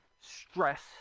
stress